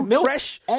fresh